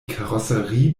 karosserie